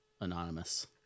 Anonymous